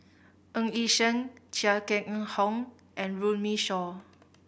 Ng Yi Sheng Chia Keng Ng Hock and Runme Shaw